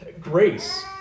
grace